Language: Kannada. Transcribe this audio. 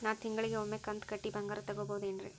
ನಾ ತಿಂಗಳಿಗ ಒಮ್ಮೆ ಕಂತ ಕಟ್ಟಿ ಬಂಗಾರ ತಗೋಬಹುದೇನ್ರಿ?